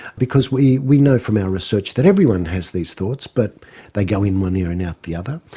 because we we know from our research that everyone has these thoughts but they go in one ear and out the other.